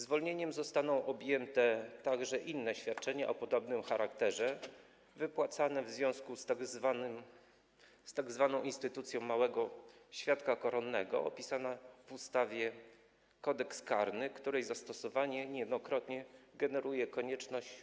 Zwolnieniem zostaną objęte także inne świadczenia o podobnym charakterze, wypłacane w związku z tzw. instytucją małego świadka koronnego opisaną w ustawie Kodeks karny, której zastosowanie niejednokrotnie generuje konieczność